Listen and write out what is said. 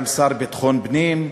גם שר ביטחון פנים,